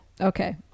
Okay